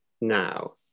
now